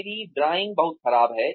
मेरी ड्राइंग बहुत खराब है